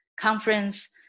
conference